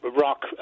rock